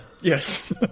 Yes